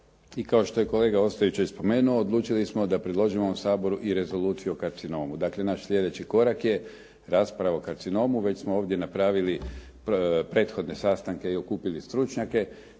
i kao što je kolega Ostojić već spomenuo odlučili smo da predložimo ovom Saboru i rezoluciju o karcinomu. Dakle, naš sljedeći korak je rasprava o karcinomu. Već smo ovdje napravili prethodne sastanke i okupili stručnjake.